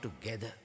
together